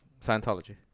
Scientology